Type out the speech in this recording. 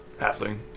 halfling